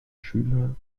schüler